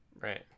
Right